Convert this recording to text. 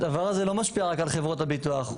הדבר הזה לא משפיע רק על חברות הביטוח,